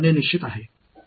மதிப்பு என்ன